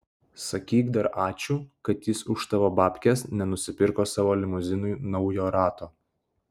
sakyk dar ačiū kad jis už tavo babkes nenusipirko savo limuzinui naujo rato